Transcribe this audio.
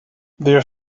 their